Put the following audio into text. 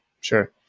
Sure